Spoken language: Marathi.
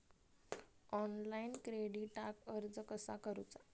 ऑनलाइन क्रेडिटाक अर्ज कसा करुचा?